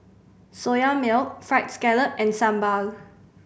Soya Milk Fried Scallop and sambal